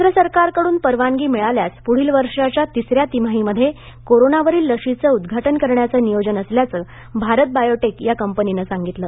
भारत बायोटेक केंद्र सरकारकडून परवानगी मिळाल्यास पुढील वर्षाच्या दुसऱ्या तिमाहीमध्ये कोरोनावरील लशीचं उद्घाटन करण्याचं नियोजन असल्याचं भारत बायोटेक या कंपनीनं सांगितलं